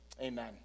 amen